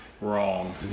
wrong